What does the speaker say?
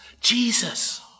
Jesus